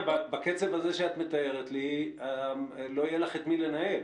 בקצב הזה שאת מתארת לי, לא יהיה לך את מי לנהל.